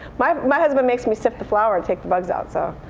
my my husband makes me sift the flour and take the bugs out, so